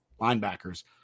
linebackers